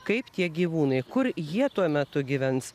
kaip tie gyvūnai kur jie tuo metu gyvens